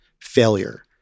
failure